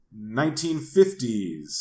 1950s